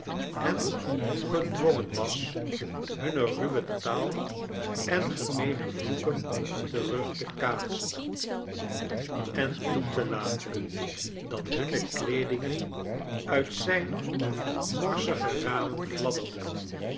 en gedwongen was hunne ruwe taal en gemeene vloeken terug te kaatsen en toe te laten dat hunne kleedingen uit zijne morsige ramen fladderden